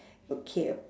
okay